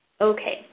Okay